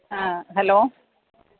ആ ഹലോ